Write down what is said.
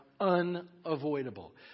unavoidable